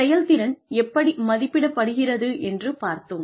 செயல்திறன் எப்படி மதிப்பிடப்படுகிறது என்று பார்த்தோம்